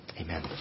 Amen